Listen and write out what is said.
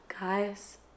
guys